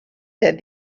said